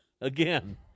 Again